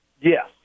yes